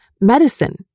medicine